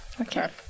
Okay